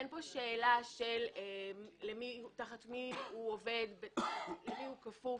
אין פה שאלה של תחת מי הוא עובד, למי הוא כפוף.